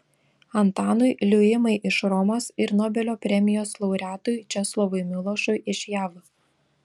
antanui liuimai iš romos ir nobelio premijos laureatui česlovui milošui iš jav